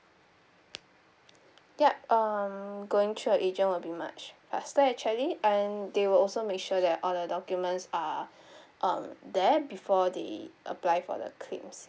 yup um going through a agent will be much faster actually and they will also make sure that all the documents are um there before they apply for the claims